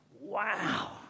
Wow